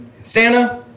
santa